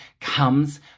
comes